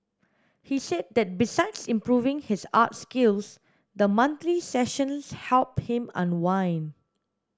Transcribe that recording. he said that besides improving his art skills the monthly sessions help him unwind